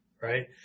right